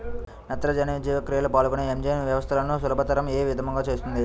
నత్రజని జీవక్రియలో పాల్గొనే ఎంజైమ్ వ్యవస్థలను సులభతరం ఏ విధముగా చేస్తుంది?